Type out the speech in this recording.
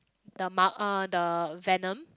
the Mar~ uh the Venom